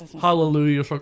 Hallelujah